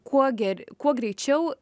kuo ger kuo greičiau